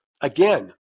Again